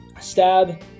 stab